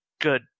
Good